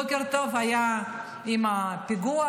בוקר טוב היה עם הפיגוע.